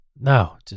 No